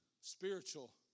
spiritual